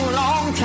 long